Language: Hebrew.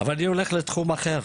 אבל אני הולך לתחום אחר,